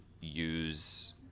use